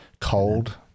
Cold